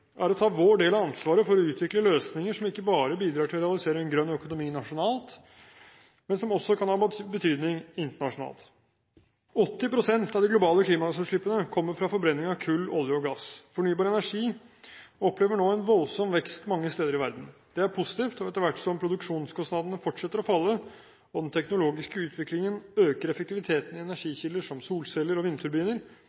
er å ta vår del av ansvaret for å utvikle løsninger som ikke bare bidrar til å realisere en grønn økonomi nasjonalt, men som også kan ha betydning internasjonalt. 80 pst. av de globale klimagassutslippene kommer fra forbrenning av kull, olje og gass. Fornybar energi opplever nå en voldsom vekst mange steder i verden. Det er positivt, og etter hvert som produksjonskostnadene fortsetter å falle, og den teknologiske utviklingen øker effektiviteten i energikilder som solceller og vindturbiner, vil fornybar energi